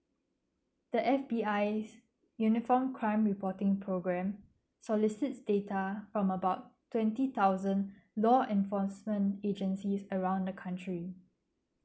the F_B_I's uniform crime reporting programme solicits data from about twenty thousand law enforcement agencies around the country